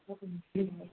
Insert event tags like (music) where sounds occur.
(unintelligible)